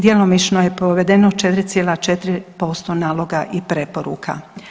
Djelomično je provedeno 4,4% naloga i preporuka.